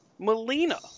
Melina